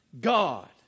God